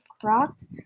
cropped